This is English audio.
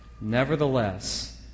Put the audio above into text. Nevertheless